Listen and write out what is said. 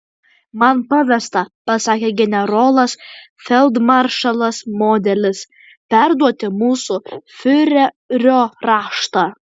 man pavesta pasakė generolas feldmaršalas modelis perduoti mūsų fiurerio raštą